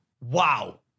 Wow